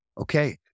Okay